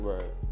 Right